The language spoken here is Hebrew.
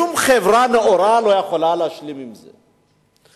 שום חברה נאורה לא יכולה להשלים עם זה,